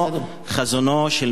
שחזונו של משרד החינוך,